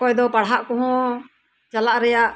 ᱚᱠᱚᱭ ᱫᱚ ᱯᱟᱲᱦᱟᱜ ᱠᱚᱦᱚᱸ ᱪᱟᱞᱟᱜ ᱨᱮᱭᱟᱜ